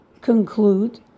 conclude